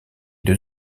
deux